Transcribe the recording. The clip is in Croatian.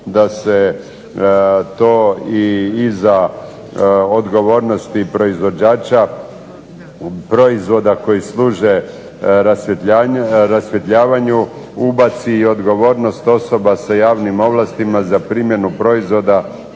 da se to i iza odgovornosti proizvođača proizvoda koji služe rasvjetljavanju ubaci odgovornost osoba sa javnim ovlastima za primjenu proizvoda